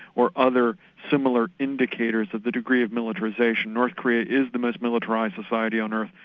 or other similar indicators of the degree of militarisation, north korea is the most militarised society on earth.